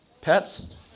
Pets